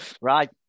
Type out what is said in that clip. Right